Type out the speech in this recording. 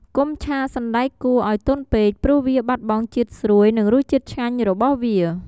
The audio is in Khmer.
កុំឆាសណ្ដែកគួរឱ្យទន់ពេក ព្រោះវាបាត់បង់ជាតិស្រួយនិងរសជាតិឆ្ងាញ់របស់វា។